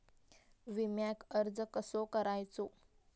विम्याक अर्ज कसो करायचो?